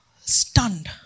stunned